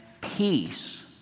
peace